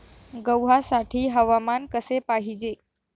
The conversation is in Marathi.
गव्हासाठी हवामान कसे पाहिजे?